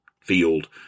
field